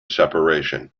separation